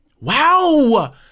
Wow